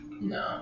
no